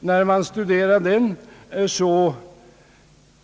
När man studerar den